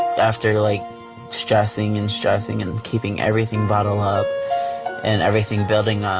after like stressing and stressing and keeping everything bottled up and everything building up,